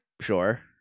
Sure